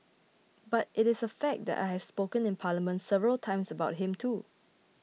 but it is a fact that I have spoken in Parliament several times about him too